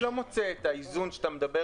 אני לא מוצא את האיזון עליו אתה מדבר